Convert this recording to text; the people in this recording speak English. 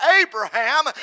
Abraham